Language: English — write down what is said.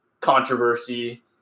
controversy